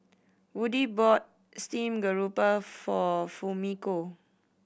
Woodie bought steamed grouper for Fumiko